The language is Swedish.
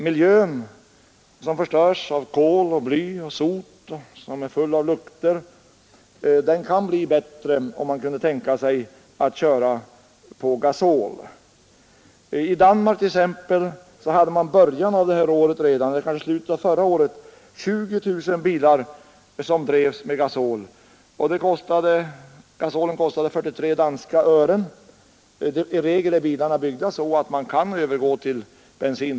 Miljön, som förstörs av kol, bly och sot och som är full av lukter, på grund av bilismen, kunde bli bättre om man körde på gasol. I Danmark fanns redan vid senaste årsskiftet 20 000 bilar som drevs med gasol. Gasolen kostade 43 danska öre per liter. I regel är bilarna byggda så att de kan köras även på bensin.